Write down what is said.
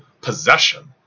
possession